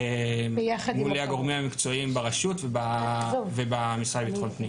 מול הגורמים המקצועיים ברשות ובמשרד לביטחון פנים.